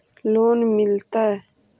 Loan मिलता?